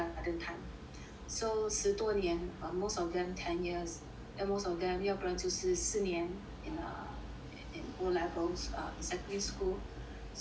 so 十多年 err most of them ten years then most of them 要不然就是四年 in err in O_levels err in secondary school so